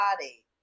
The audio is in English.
body